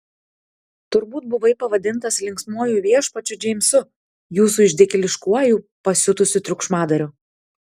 turbūt buvai pavadintas linksmuoju viešpačiu džeimsu jūsų išdykėliškuoju pasiutusiu triukšmadariu